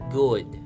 good